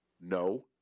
No